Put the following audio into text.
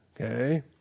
Okay